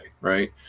Right